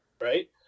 Right